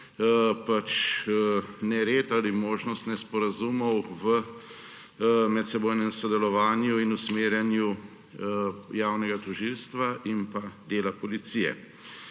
nered ali možnost nesporazumov v medsebojnem sodelovanju in usmerjanju javnega tožilstva in dela policije.